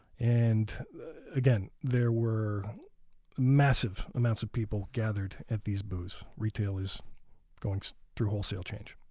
and again there were massive amounts of people gathered at these booths. retail is going so through wholesale change.